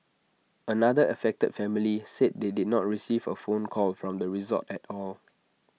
another affected family said they did not receive A phone call from the resort at all